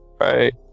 right